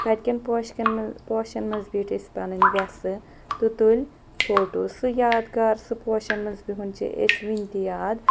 تَتہِ کٮ۪ن پوشکَن منٛز پوشَن منٛز بیٖٹھۍ أسۍ پَنٕنۍ وٮ۪سہٕ تہٕ تُلۍ فوٹو سُہ یادگار سُہ پوشَن منٛز بِہُن چھِ أسۍ وٕنۍ تہِ یاد